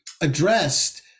addressed